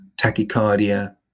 tachycardia